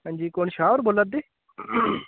हां जी कौन शाह् होर बोल्लै दे